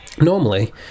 Normally